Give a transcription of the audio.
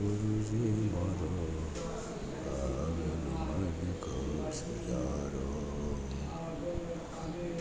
ગુરુજી મારો આગલો મનખો સુધારો